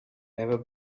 never